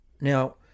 Now